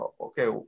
okay